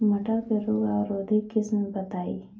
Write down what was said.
मटर के रोग अवरोधी किस्म बताई?